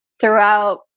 throughout